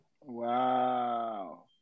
Wow